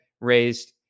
raised